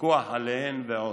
פיקוח עליהן ועוד.